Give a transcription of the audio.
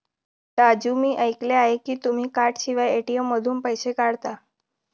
राजू मी ऐकले आहे की तुम्ही कार्डशिवाय ए.टी.एम मधून पैसे काढता